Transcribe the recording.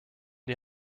die